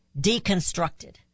deconstructed